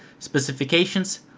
specifications,